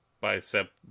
bicep